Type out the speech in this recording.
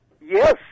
Yes